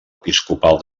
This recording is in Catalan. episcopal